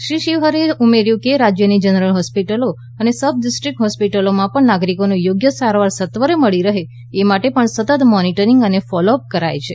શ્રી શિવહરેએ ઉમેર્યું કે રાજ્યની જનરલ હોસ્પિટલો અને સબ ડિસ્ટ્રીકટ હોસ્પિટલોમાં પણ નાગરિકોને યોગ્ય સારવાર સત્વરે મળી રહે એ માટે પણ સતત મોનીટરીંગ અને ફોલોઅપ કરાય છે